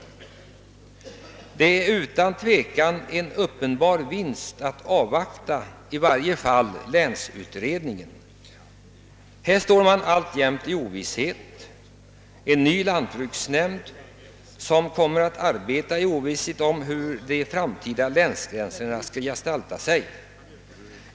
Det är utan tvivel en vinst att avvakta i varje fall länsutredningen. Om resultatet av dess arbete vet vi ännu ingenting, och en ny lantbruksnämnd skulle komma att arbeta i ovisshet om hur de framtida länsgränserna skall gestalta sig.